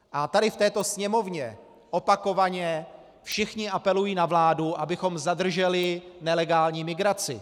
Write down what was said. A tady v této sněmovně opakovaně všichni apelují na vládu, abychom zadrželi nelegální migraci.